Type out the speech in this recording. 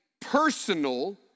personal